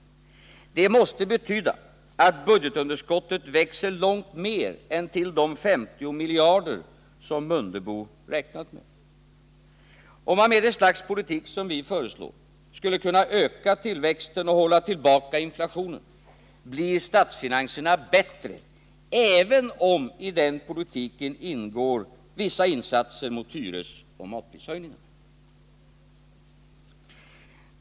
Det måste betyda att budgetunderskottet växer långt mer än till de 50 miljarder som Ingemar Mundebo räknat med. Om man med det slags politik som vi föreslår skulle kunna öka tillväxten och hålla tillbaka inflationen blir statsfinanserna bättre, även om i denna politik ingår vissa insatser mot hyresoch matprishöjningarna.